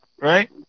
right